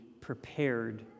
prepared